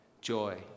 joy